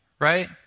right